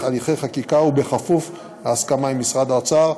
הליכי חקיקה ובכפוף להסכמה עם משרד האוצר.